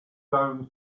down